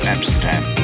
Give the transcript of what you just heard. Amsterdam